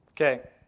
Okay